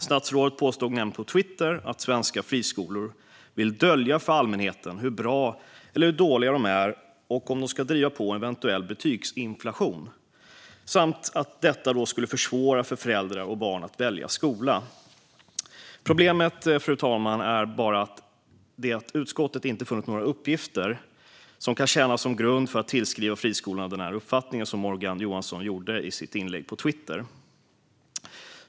Statsrådet påstod nämligen på Twitter att svenska friskolor vill dölja för allmänheten hur bra eller dåliga de är och om de skulle driva på en eventuell betygsinflation, samt att detta då skulle försvåra för föräldrar och barn att välja skola. Problemet, fru talman, är bara att utskottet inte funnit några uppgifter som kan tjäna som grund för att tillskriva friskolorna denna uppfattning på det sätt som Morgan Johansson gjorde i sitt inlägg på Twitter.